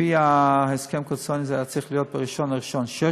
לפי ההסכם הקואליציוני זה היה צריך לראות ב-1 בינואר 16',